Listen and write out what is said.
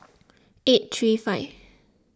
eight three five